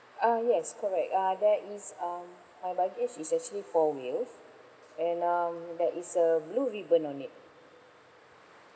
uh yes correct uh there is um my baggage is actually four wheels and um there is a blue ribbon on it